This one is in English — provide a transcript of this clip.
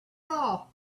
all